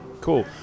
Cool